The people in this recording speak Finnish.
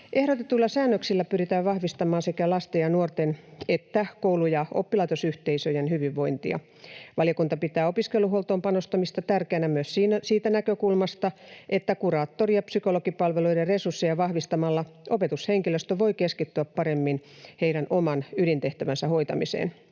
Ehdotetuilla säännöksillä pyritään vahvistamaan sekä lasten ja nuorten että koulu‑ ja oppilaitosyhteisöjen hyvinvointia. Valiokunta pitää opiskeluhuoltoon panostamista tärkeänä myös siitä näkökulmasta, että kuraattori‑ ja psykologipalveluiden resursseja vahvistamalla opetushenkilöstö voi keskittyä paremmin oman ydintehtävänsä hoitamiseen.